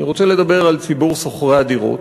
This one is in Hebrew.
אני רוצה לדבר על ציבור שוכרי הדירות,